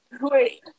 wait